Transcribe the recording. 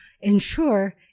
ensure